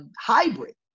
hybrid